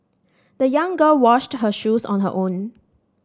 the young girl washed her shoes on her own